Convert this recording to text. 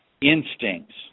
instincts